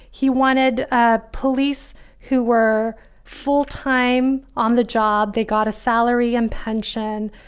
he wanted ah police who were full time on the job. they got a salary and pension.